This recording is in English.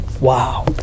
Wow